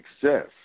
success